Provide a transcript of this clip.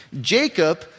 Jacob